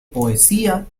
poesía